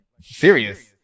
serious